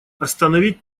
остановить